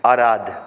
आराध